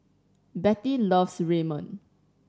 Bette loves Ramen